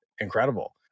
incredible